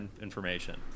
information